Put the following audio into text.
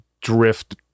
drift